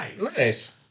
Nice